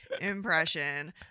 impression